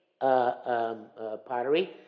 pottery